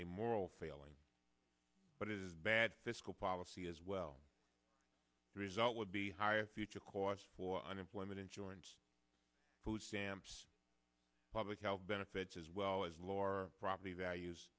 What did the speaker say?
a moral failing but it is bad fiscal policy as well the result would be higher future costs for unemployment insurance food stamps public health benefits as well as lore property values